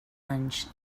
anys